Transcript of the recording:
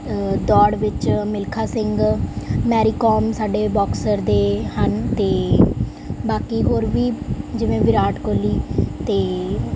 ਦੌੜ ਵਿੱਚ ਮਿਲਖਾ ਸਿੰਘ ਮੈਰੀਕੋਮ ਸਾਡੇ ਬਾਕਸਰ ਦੇ ਹਨ ਅਤੇ ਬਾਕੀ ਹੋਰ ਵੀ ਜਿਵੇਂ ਵਿਰਾਟ ਕੋਹਲੀ ਅਤੇ